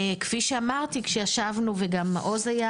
כפי שאמרתי שישבנו וגם מעוז היה